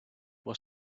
was